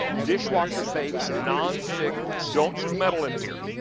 dishwasher-safe, nonstick, don't use metal in here.